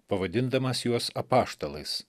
pavadindamas juos apaštalais